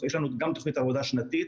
יש לנו גם תוכנית עבודה שנתית